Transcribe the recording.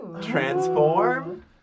Transform